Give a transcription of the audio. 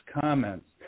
comments